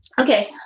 Okay